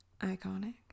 iconic